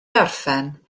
orffen